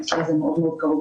הנושא הזה קרוב מאוד לליבי.